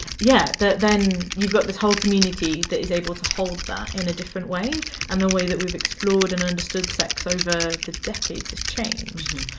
yeah then you've got this whole community that is able to hold that in a different way and the way that we've explored and understood sex over the decades has changed.